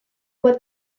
what